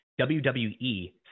WWE